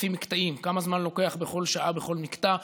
לפי מקטעים, כמה זמן לוקח בכל שעה ובכל מקטע.